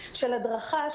של הדרכה,